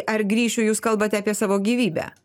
ar grįšiu jūs kalbate apie savo gyvybę